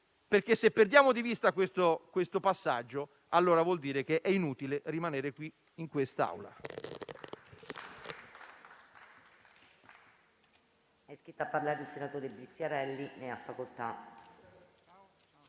Se perdiamo di vista questo passaggio, allora vuol dire che è inutile rimanere qui in quest'Aula.